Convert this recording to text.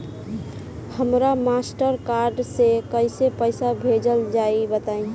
हमरा Mastercard से कइसे पईसा भेजल जाई बताई?